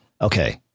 Okay